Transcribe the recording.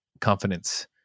confidence